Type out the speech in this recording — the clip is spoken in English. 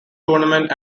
tournament